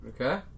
okay